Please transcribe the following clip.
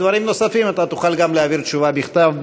על דברים נוספים תוכל גם להעביר תשובה בכתב,